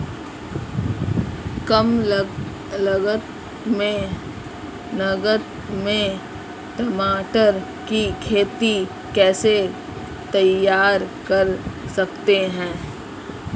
कम लागत में टमाटर की खेती कैसे तैयार कर सकते हैं?